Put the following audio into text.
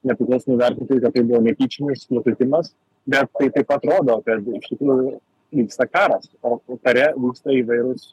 nepriklausomų vertintojų kad tai buvo netyčinis nukrypimas bet tai taip pat rodo kad iš tikrųjų vyksta karas o o kare vyksta įvairūs